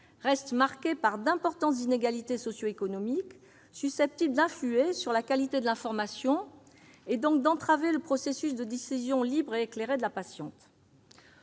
reste marquée par d'importantes inégalités socio-économiques, susceptibles d'influer sur la qualité de l'information et, donc, d'entraver le processus de décision libre et éclairée de la patiente.